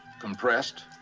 compressed